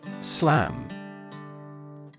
SLAM